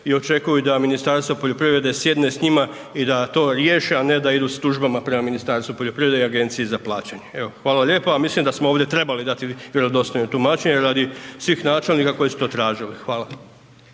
i očekuju da Ministarstvo poljoprivrede sjedne s njima i da to riješe, a ne da idu s tužbama prema Ministarstvu poljoprivrede i Agenciji za plaćanje. Evo hvala lijepa, ali mislim da smo ovdje trebali dati vjerodostojno tumačenje radi svih načelnika koji su to tražili. Hvala.